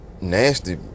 nasty